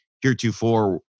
heretofore